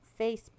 facebook